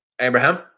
Abraham